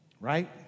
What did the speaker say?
Right